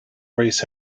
race